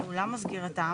ניהולם או סגירתם,